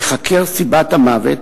תיחקר סיבת המוות,